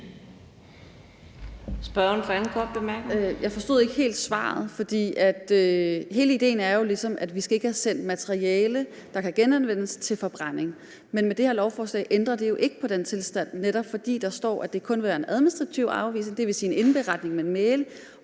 Theresa Scavenius (UFG): Jeg forstod ikke helt svaret. For hele idéen er jo ligesom, at vi ikke skal have sendt materiale, der kan genanvendes, til forbrænding. Men med det her lovforslag ændrer man jo ikke på den tilstand, fordi der netop står, at det kun vil være en administrativ afvisning, dvs. en indberetning pr. mail,